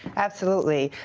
absolutely.